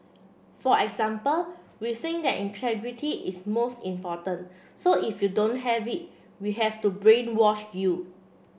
for example we think that integrity is more important so if you don't have it we have to brainwash you